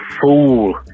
fool